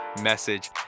message